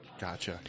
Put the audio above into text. Gotcha